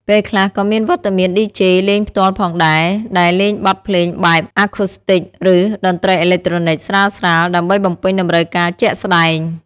ពេលខ្លះក៏មានវត្តមានឌីជេ លេងផ្ទាល់ផងដែរ ដែលលេងបទភ្លេងបែប អាឃូស្ទីច ឬ តន្ត្រីអេឡិចត្រូនិច ស្រាលៗ ដើម្បីបំពេញតម្រូវការជាក់ស្តែង។